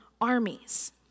armies